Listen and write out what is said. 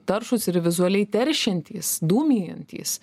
taršūs ir vizualiai teršiantys dūmijantys